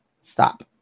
Stop